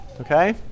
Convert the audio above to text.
Okay